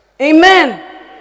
Amen